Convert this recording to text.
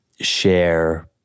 share